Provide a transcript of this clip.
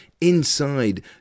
inside